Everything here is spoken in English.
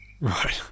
right